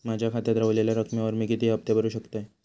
माझ्या खात्यात रव्हलेल्या रकमेवर मी किती हफ्ते भरू शकतय?